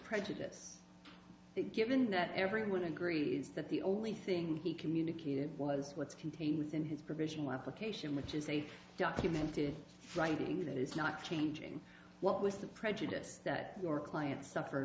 prejudice given that everyone agrees that the only thing he communicated was what's contained within his provisional application which is a documented writing that is not changing what with the prejudice that your client suffered